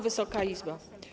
Wysoka Izbo!